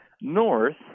north